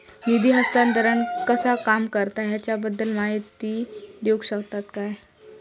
निधी हस्तांतरण कसा काम करता ह्याच्या बद्दल माहिती दिउक शकतात काय?